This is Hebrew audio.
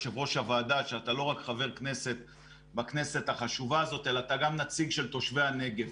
יושב-ראש הוועדה שאתה גם נציג של תושבי הנגב,